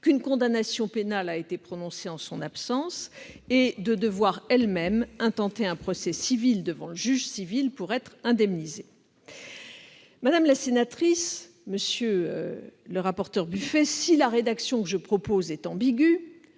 qu'une condamnation pénale a été prononcée en son absence et qu'elle doit elle-même intenter un procès civil devant le juge civil pour être indemnisée. Madame la sénatrice, monsieur le rapporteur Buffet, si la rédaction que je propose est ambiguë,